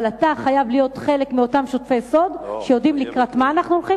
אבל אתה חייב להיות חלק מאותם שותפי סוד שיודעים לקראת מה אנחנו הולכים,